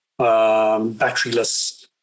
batteryless